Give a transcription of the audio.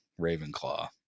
Ravenclaw